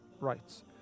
rights